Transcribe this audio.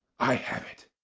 i have it!